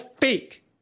fake